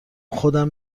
خودم